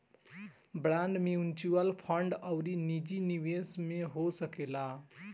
bond mutual fund अउरी निजी निवेश में हो सकेला